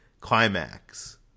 climax